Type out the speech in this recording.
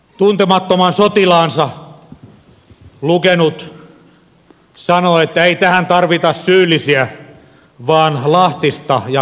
tuntemattoman sotilaansa lukenut sanoo että ei tähän tarvita syyllisiä vaan lahtista ja konekivääriä